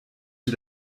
sie